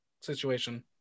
situation